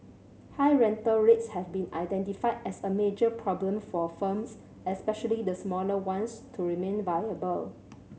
high rental rates have been identified as a major problem for firms especially the smaller ones to remain viable